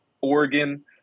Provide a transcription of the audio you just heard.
Oregon